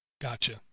Gotcha